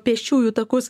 pėsčiųjų takus